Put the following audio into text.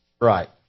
right